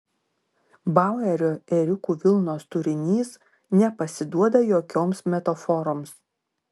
bauerio ėriukų vilnos turinys nepasiduoda jokioms metaforoms